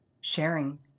sharing